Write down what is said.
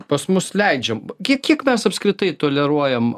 pas mus leidžiam kiek kiek mes apskritai toleruojam